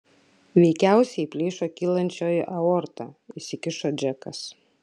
veikiausiai plyšo kylančioji aorta įsikišo džekas